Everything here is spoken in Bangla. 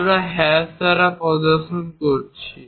আমরা হ্যাশ দ্বারা প্রদর্শন করছি